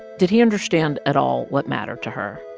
did he understand at all what mattered to her?